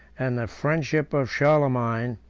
and the friendship of charlemagne,